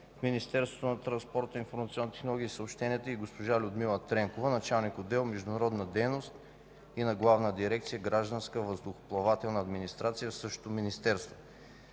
Министерството на транспорта, информационните технологии и съобщенията, и госпожа Людмила Тренкова – началник отдел „Международна дейност” на главна дирекция „Гражданска въздухоплавателна администрация” в същото министерство.